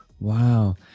Wow